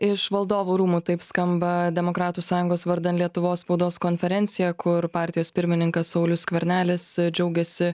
iš valdovų rūmų taip skamba demokratų sąjungos vardan lietuvos spaudos konferencija kur partijos pirmininkas saulius skvernelis džiaugiasi